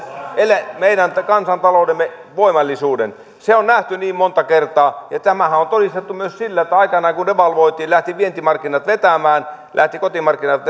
meidän kansantaloutemme voimallisuuden se on nähty niin monta kertaa ja tämähän on on todistettu myös sillä että aikoinaan kun devalvoitiin lähtivät vientimarkkinat vetämään lähtivät kotimarkkinat